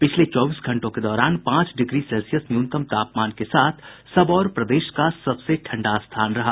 पिछले चौबीस घंटों के दौरान पांच डिग्री सेल्सियस न्यूनतम तापमान के साथ सबौर प्रदेश का सबसे ठंडा स्थान रहा